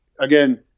again